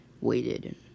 waited